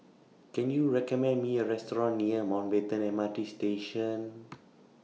Can YOU recommend Me A Restaurant near Mountbatten M R T Station